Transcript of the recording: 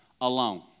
alone